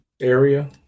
area